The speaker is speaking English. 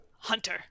Hunter